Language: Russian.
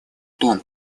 том